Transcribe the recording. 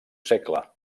segle